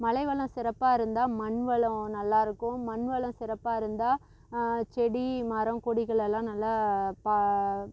மழை வளம் சிறப்பாக இருந்தா மண்வளம் நல்லா இருக்கும் மண்வளம் சிறப்பாக இருந்தா செடி மரம் கொடிகளெல்லாம் நல்லா பா